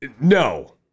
No